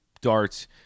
darts